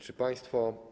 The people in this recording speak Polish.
Czy państwo.